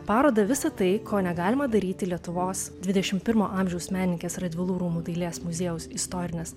parodą visa tai ko negalima daryti lietuvos dvidešimt pirmo amžiaus menininkės radvilų rūmų dailės muziejaus istorinės